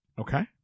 Okay